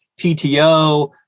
PTO